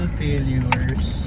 failures